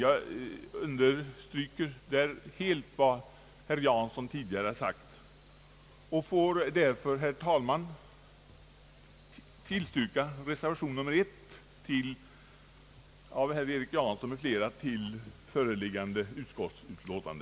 Jag understryker där helt vad herr Jansson tidigare sagt. Jag får därför, herr talman, tillstyrka reservation 1 av herr Erik Jansson m.fl. till föreliggande utskottsutlåtande.